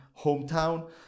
hometown